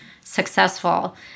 successful